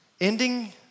ending